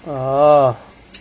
orh